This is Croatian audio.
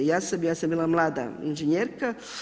Ja sam bila mlada inženjerka.